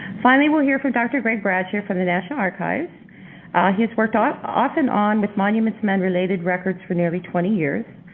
finally, we'll hear from dr. greg bradsher from the national archives. he has worked off off and on with monuments men related records for nearly twenty years.